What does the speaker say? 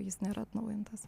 jis nėra atnaujintas